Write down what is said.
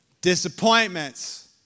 Disappointments